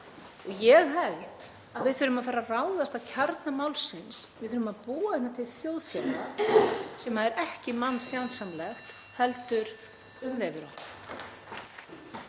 Ég held að við þurfum að fara að ráðast að kjarna málsins. Við þurfum að búa hérna til þjóðfélag sem er ekki mannfjandsamlegt heldur umvefur